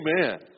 Amen